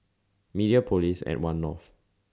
Mediapolis At one North